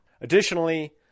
Additionally